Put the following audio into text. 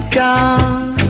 gone